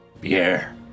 Beer